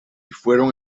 fueron